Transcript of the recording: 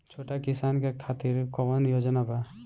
छोटा किसान के खातिर कवन योजना बा?